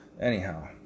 Anyhow